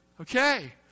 Okay